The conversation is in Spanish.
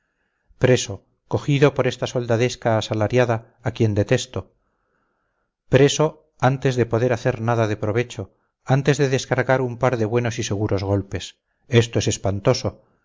preso cogido por esta soldadesca asalariada a quien detesto preso antes de poder hacer nada de provecho antes de descargar un par de buenos y seguros golpes esto es espantoso